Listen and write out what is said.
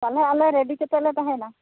ᱛᱟᱦᱚᱞᱮ ᱟᱞᱮ ᱨᱮᱰᱤ ᱠᱟᱛᱮᱫ ᱞᱮ ᱛᱟᱦᱮᱸᱱᱟ